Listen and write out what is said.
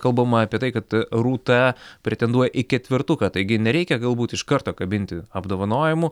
kalbama apie tai kad rūta pretenduoja į ketvertuką taigi nereikia galbūt iš karto kabinti apdovanojimų